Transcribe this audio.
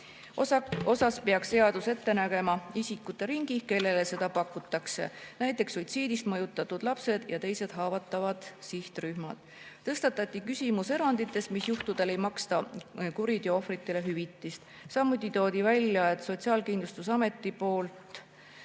puhul peaks seadus ette nägema isikute ringi, kellele seda pakutakse, näiteks suitsiidist mõjutatud lapsed ja teised haavatavad sihtrühmad. Tõstatati küsimus eranditest, millistel juhtudel ei maksta kuriteoohvritele hüvitist. Samuti toodi välja, et Sotsiaalkindlustusametil